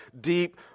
deep